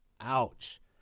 ouch